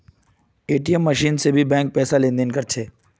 ATM machine से भी bank पैसार लेन देन कर छे